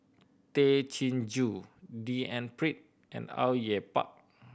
Tay Chin Joo D N Pritt and Au Yue Pak